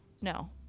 no